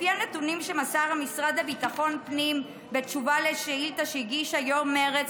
לפי הנתונים שמסר המשרד לביטחון פנים בתשובה לשאילתה שהגישה יו"ר מרצ,